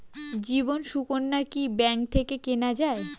জীবন সুকন্যা কি ব্যাংক থেকে কেনা যায়?